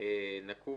נקוב